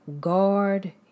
Guard